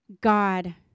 God